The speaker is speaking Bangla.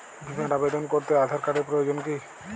বিমার আবেদন করতে আধার কার্ডের প্রয়োজন কি?